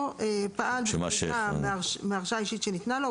פעל בחריגה מהרשאה אישית שניתנה לו,